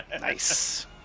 Nice